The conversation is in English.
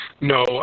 no